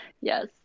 Yes